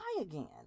again